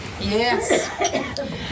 Yes